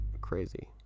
crazy